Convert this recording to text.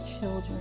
children